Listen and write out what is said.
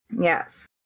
yes